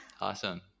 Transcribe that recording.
Awesome